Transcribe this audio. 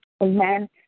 Amen